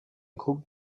groupe